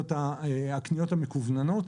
הקניות המקוונות.